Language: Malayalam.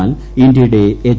എന്നാൽ ഇന്ത്യയുടെ എച്ച്